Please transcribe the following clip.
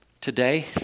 Today